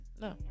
No